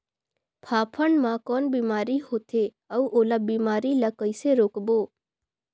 फाफण मा कौन बीमारी होथे अउ ओला बीमारी ला कइसे रोकबो?